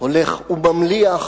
הולך וממליח,